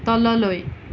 তললৈ